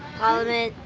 parliament.